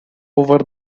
over